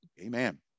amen